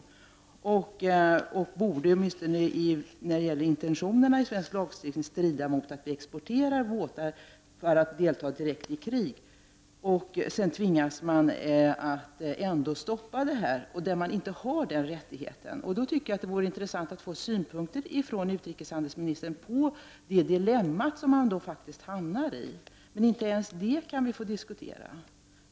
Det borde åtminstone strida mot intentionerna i svensk lagstiftning att vi exporterar båtar, som direkt kommer att delta i krig. När man ändå tvingas stoppa detta har man inte den rättigheten. Det vore intressant att få utrikeshandelsministerns synpunkter på det dilemma som man faktiskt hamnar i. Men inte ens det kan vi få diskutera.